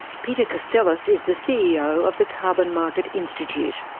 peter castellas is the ceo of the carbon market institute.